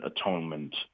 atonement